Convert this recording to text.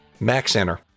Maxenter